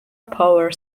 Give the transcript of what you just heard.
power